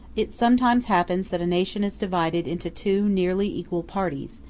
it sometimes happens that a nation is divided into two nearly equal parties,